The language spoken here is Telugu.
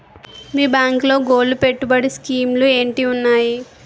మీ బ్యాంకులో గోల్డ్ పెట్టుబడి స్కీం లు ఏంటి వున్నాయి?